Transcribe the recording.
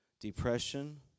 Depression